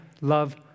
Love